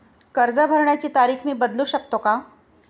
कर्ज भरण्याची तारीख मी बदलू शकतो का?